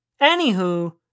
Anywho